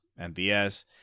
MBS